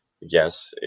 yes